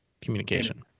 communication